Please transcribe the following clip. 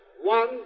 One